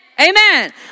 Amen